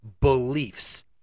beliefs